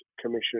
Commission